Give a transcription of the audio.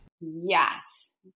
Yes